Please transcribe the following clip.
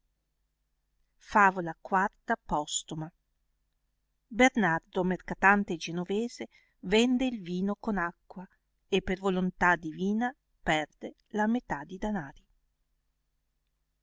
favola v i ernardo mercatante genovese vende il vino con acqua e per volontà divina perde la metà di danari